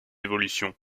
évolution